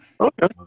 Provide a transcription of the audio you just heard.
Okay